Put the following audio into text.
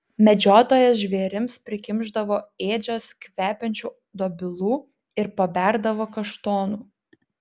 medžiotojas žvėrims prikimšdavo ėdžias kvepiančių dobilų ir paberdavo kaštonų